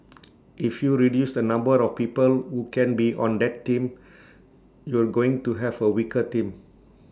if you reduce the number of people who can be on that team you're going to have A weaker team